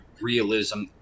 realism